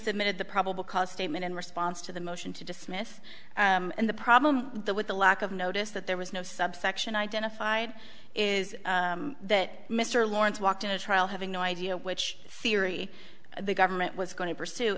submitted the probable cause statement in response to the motion to dismiss and the problem with the lack of notice that there was no subsection identified is that mr lawrence walked in a trial having no idea which theory the government was going to pursue